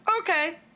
okay